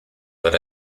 per